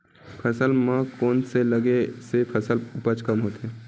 फसल म कोन से लगे से फसल उपज कम होथे?